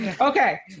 Okay